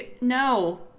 No